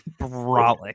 brolic